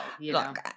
Look